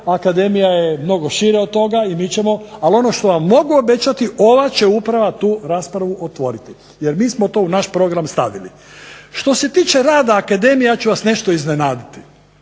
Akademija je mnogo šire od toga i mi ćemo, ali ono što vam mogu obećati ova će uprava tu raspravu otvoriti jer mi smo to u naš program stavili. Što se tiče rada Akademije ja ću vas nešto iznenaditi.